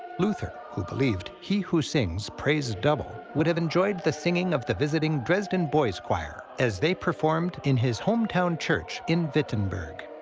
luther, who believed, he who sings prays double, would have enjoyed the singing of the visiting dresden boys' choir as they performed in his hometown church in wittenberg.